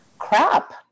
Crap